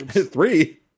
Three